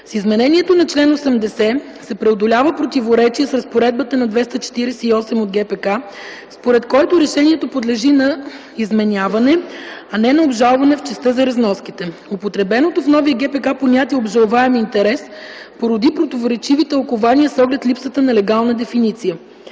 С изменението на чл. 80 се преодолява противоречие с разпоредбата на чл. 248 от ГПК, според който решението подлежи на изменение, а не на обжалване в частта за разноските. Употребеното в новия ГПК понятие „обжалваем интерес" породи противоречиви тълкувания с оглед липсата на легална дефиниция.